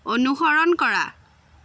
অনুসৰণ কৰা